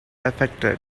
affected